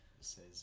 says